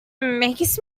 makes